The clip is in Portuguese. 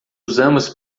usamos